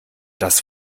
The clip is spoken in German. das